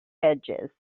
edges